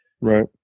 Right